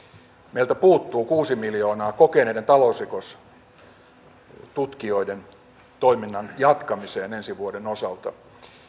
meiltä puuttuu kuusi miljoonaa kokeneiden talousrikostutkijoiden toiminnan jatkamiseen ensi vuoden osalta